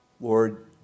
Lord